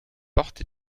porte